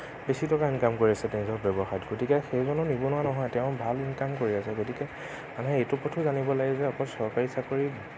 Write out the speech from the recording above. বেছি টকা ইনকাম কৰি আছে তেওঁ ধৰক ব্যৱসায়ত গতিকে সেইজনো নিবনুৱা নহয় তেওঁ ভাল ইনকাম কৰি আছে গতিকে মানুহে এইটো কথাও জানিব লাগে যে অকল চৰকাৰী চাকৰি